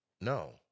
No